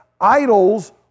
idols